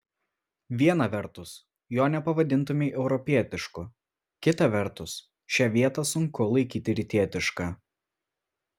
viena vertus jo nepavadintumei europietišku kita vertus šią vietą sunku laikyti rytietiška